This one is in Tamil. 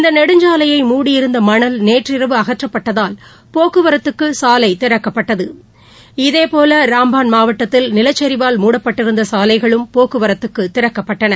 இந்தநெடுஞ்சாலையை மூடியிருந்தமணல் நேற்றிரவு அகற்றப்பட்டதால் போக்குவரத்துக்குசாலைதிறக்கப்பட்டது இதேபோல் ரம்பான் மாவட்டத்தில் நிலச்சிவால் மூடப்பட்டிருந்தசாலைகளும் போக்குவரத்துக்குதிறக்கப்பட்டன